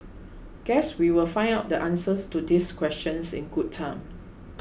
guess we will find out the answers to these questions in good time